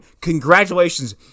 congratulations